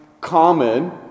common